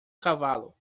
cavalo